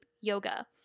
yoga